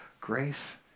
grace